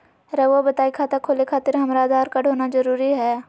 रउआ बताई खाता खोले खातिर हमरा आधार कार्ड होना जरूरी है?